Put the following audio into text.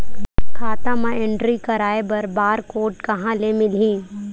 खाता म एंट्री कराय बर बार कोड कहां ले मिलही?